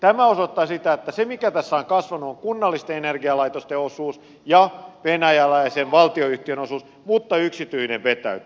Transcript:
tämä osoittaa sitä että se mikä tässä on kasvanut on kunnallisten energialaitosten osuus ja venäläisen valtionyhtiön osuus mutta yksityinen vetäytyy